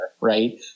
Right